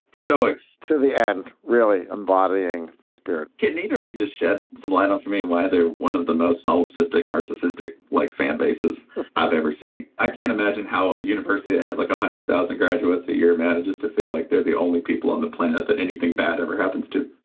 stokes to the end, really embodying the spirit kidding either of you just shed some light on for me whether one of the most solipsistic, narcissistic like fan bases i've ever seen. i can't imagine how universally it has like a hundred thousand graduates a year manages to feel like they're the only people on the planet that anything bad ever happens to